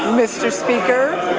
mr. speaker.